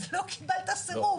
אז לא קיבלת סירוב.